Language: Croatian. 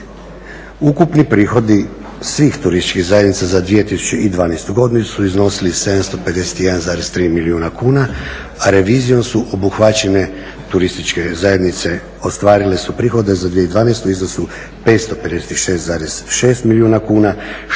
Ukupni prihodi svih turističkih zajednica za 2012. godinu su iznosili 751,3 milijuna kuna, a revizijom su obuhvaćene turističke zajednice, ostvarile su prihode za 2012. u iznosu 556,6 milijuna kuna što čini 74,1% ukupno